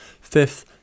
Fifth